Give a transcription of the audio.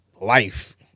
life